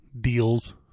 deals